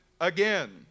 again